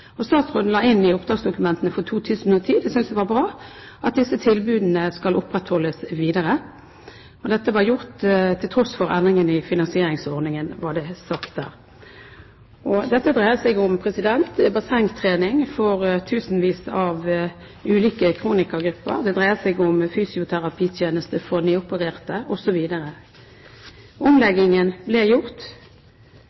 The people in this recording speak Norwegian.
og statsråden la inn i oppdragsdokumentene for 2010 – det synes jeg var bra – at disse tilbudene skulle opprettholdes videre. Dette ble gjort til tross for endringene i finansieringsordningen, ble det sagt da. Dette dreide seg om bassengtrening for tusenvis av ulike kronikergrupper. Det dreide seg om fysioterapitjeneste for nyopererte